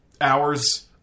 hours